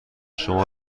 شما